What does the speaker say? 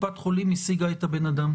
השיגו את אותו אדם.